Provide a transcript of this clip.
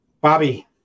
Bobby